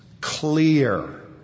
clear